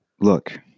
Look